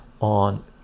on